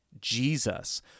Jesus